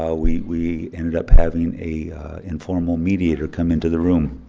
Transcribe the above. ah we we ended up having a informal mediator come into the room.